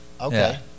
Okay